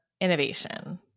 innovation